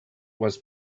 was